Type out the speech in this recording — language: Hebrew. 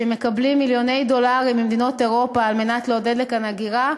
שמקבלים מיליוני דולרים ממדינות אירופה על מנת לעודד לכאן הגירה.